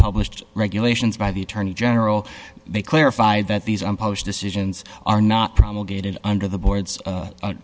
published regulations by the attorney general they clarified that these unpublished decisions are not promulgated under the board's